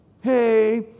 Hey